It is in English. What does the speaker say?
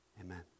Amen